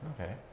Okay